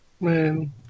Man